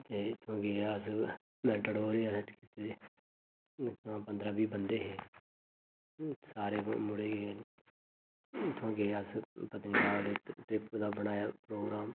ते इत्थुआं गे अस मेटाडोर ही असें कोई पंदरां बीह् बंदे हे सारे मुड़े गै हे उत्थुआं गे अस पत्नीटॉप लेई ट्रिप दा बनाया प्रोग्राम